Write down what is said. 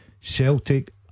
Celtic